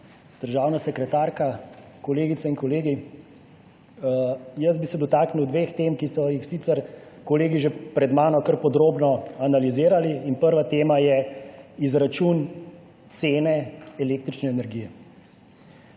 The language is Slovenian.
Državna sekretarka, kolegice in kolegi! Jaz bi se dotaknil dveh tem, ki so jih sicer kolegi že pred mano kar podrobno analizirali in prva tema je izračun cene električne energije.